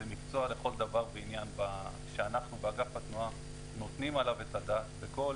זה מקצוע לכל דבר ועניין שאנחנו באגף התנועה נותנים עליו את הדעת בכל